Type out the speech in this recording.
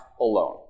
alone